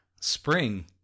spring